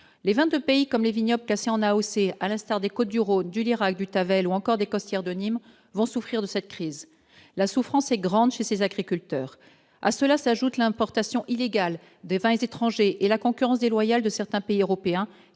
vins de pays comme les vignobles classés en AOC, à l'instar des du Rhône du Tavel, ou encore des Costières de Nîmes vont souffrir de cette crise, la souffrance est grande chez ces agriculteurs, à cela s'ajoute l'importation illégale des vins étrangers et la concurrence déloyale de certains pays européens